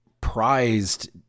prized